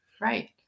Right